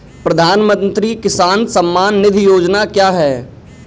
प्रधानमंत्री किसान सम्मान निधि योजना क्या है?